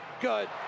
good